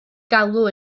galw